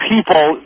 People